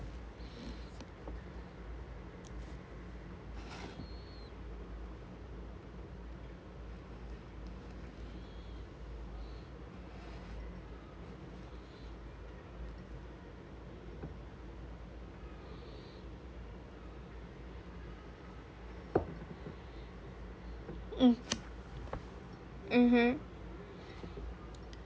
mm mmhmm